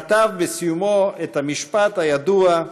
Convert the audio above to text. כתב בסיומו את המשפט הידוע,